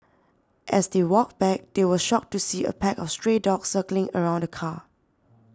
as they walked back they were shocked to see a pack of stray dogs circling around the car